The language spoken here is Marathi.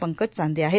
पंकज चांदे आहेत